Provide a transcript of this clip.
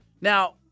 Now